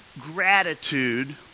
Gratitude